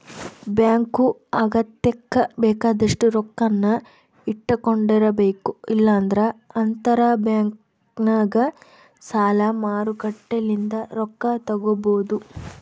bank ಅಗತ್ಯಕ್ಕ ಬೇಕಾದಷ್ಟು ರೊಕ್ಕನ್ನ ಇಟ್ಟಕೊಂಡಿರಬೇಕು, ಇಲ್ಲಂದ್ರ ಅಂತರಬ್ಯಾಂಕ್ನಗ ಸಾಲ ಮಾರುಕಟ್ಟೆಲಿಂದ ರೊಕ್ಕ ತಗಬೊದು